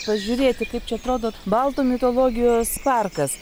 pažiūrėti kaip čia atrodo baltų mitologijos parkas